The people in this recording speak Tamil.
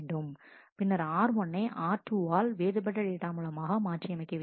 பின்னர் r1 னை r2 ஆல் வேறுபட்ட டேட்டா மூலமாக மாற்றியமைக்க வேண்டும்